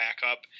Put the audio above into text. backup